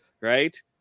right